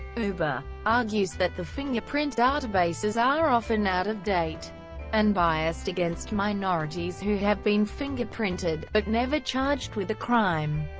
uber argues that the fingerprint databases are often out of date and biased against minorities who have been fingerprinted, but never charged with a crime.